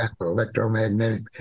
electromagnetic